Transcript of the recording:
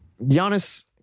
Giannis